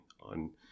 on